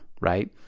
right